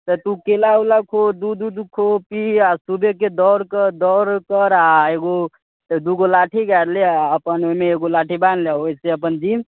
तू केरा उरा खो दूध खो पी आ सुबहेके दौड़ कर दौड़ कर आ एगो दूगो लाठी गारि ले आ अपन ओहिमे एगो लाठी बान्हि ले आ ओहिसँ अपन जिम